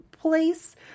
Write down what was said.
place